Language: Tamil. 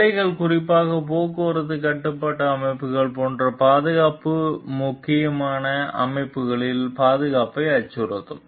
பிழைகள் குறிப்பாக போக்குவரத்து கட்டுப்பாட்டு அமைப்புகள் போன்ற பாதுகாப்பு முக்கியமான அமைப்புகளில் பாதுகாப்பை அச்சுறுத்தும்